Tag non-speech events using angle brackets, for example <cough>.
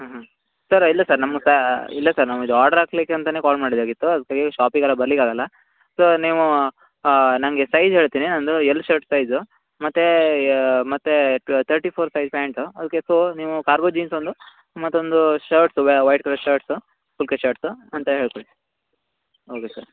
ಹ್ಞೂ ಹ್ಞೂ ಸರ್ ಇಲ್ಲ ಸರ್ ನಮ್ಮ <unintelligible> ಇಲ್ಲ ಸರ್ ನಾವು ಇದು ಆರ್ಡ್ರ್ ಹಾಕ್ಲಿಕ್ ಅಂತಲೇ ಕಾಲ್ ಮಾಡಿದ್ದಾಗಿತ್ತು ಅದು <unintelligible> ಷಾಪಿಗೆಲ್ಲ ಬರ್ಲಿಕ್ಕೆ ಆಗೋಲ್ಲ ಸೋ ನೀವು ನನಗೆ ಸೈಜ್ ಹೇಳ್ತೀನಿ ನಂದು ಎಲ್ ಷರ್ಟ್ ಸೈಜು ಮತ್ತೆ ಯ ಮತ್ತೆ ತರ್ಟಿ ಫೋರ್ ಸೈಜ್ ಪ್ಯಾಂಟು ಅದಕ್ಕೆ ಸೋ ನೀವು ಕಾರ್ಗೋ ಜೀನ್ಸ್ ಒಂದು ಮತ್ತೊಂದು shirts white colour shirts full ಕೈ ಷರ್ಟ್ಸ್ ಅಂತ ಹೇಳ್ಕೊಳ್ಳಿ ಓಕೆ ಸರ್